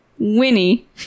winnie